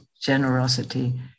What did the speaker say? generosity